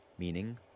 meaning